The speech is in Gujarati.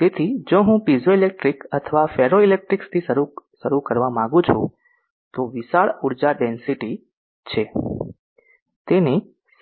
તેથી જો હું પીઝોઇલેક્ટ્રિક અથવા ફેરોઇલેક્ટ્રિક્સ થી શરૂ કરવા માંગું છું તો વિશાળ ઊર્જા ડેન્સીટી છે તેની